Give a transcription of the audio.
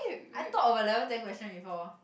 I thought of a level ten question before